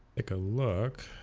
take a look